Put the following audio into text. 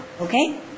Okay